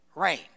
Rain